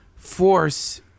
force